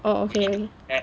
oh okay